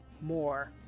more